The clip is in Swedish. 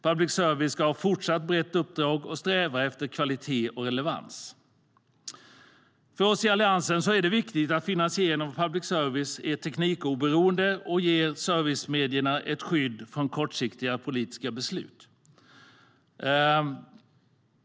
Public service ska fortsatt ha ett brett uppdrag och sträva efter kvalitet och relevans. För oss i Alliansen är det viktigt att finansieringen av public service är teknikoberoende och ger public service-medierna ett skydd från kortsiktiga politiska beslut.